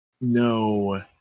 no